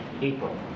April